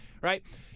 right